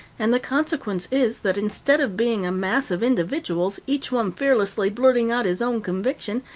and the consequence is that instead of being a mass of individuals, each one fearlessly blurting out his own conviction,